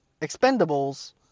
Expendables